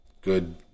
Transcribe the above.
good